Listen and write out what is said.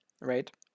right